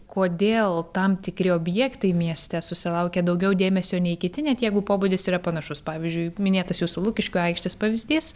kodėl tam tikri objektai mieste susilaukia daugiau dėmesio nei kiti net jeigu pobūdis yra panašus pavyzdžiui minėtas jūsų lukiškių aikštės pavyzdys